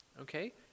Okay